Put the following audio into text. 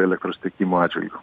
elektros tiekimo atžvilgu